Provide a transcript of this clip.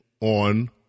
on